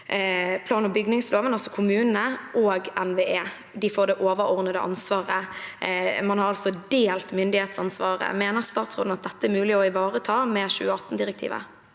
plan- og bygningsloven, altså kommunene, og NVE. De får det overordnete ansvaret. Man har altså delt myndighetsansvaret. Mener statsråden at dette er mulig å ivareta med 2018-direktivet?